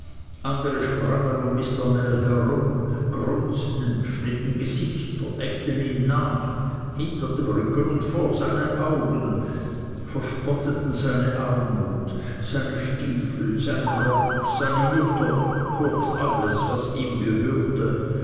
andre sprangen um mr mell herum grunzten schnitten gesichter äfften ihn nach hinter dem rücken und vor seinen augen verspotteten seine armut seine stiefel seinen rock seine mutter kurz alles was ihm gehörte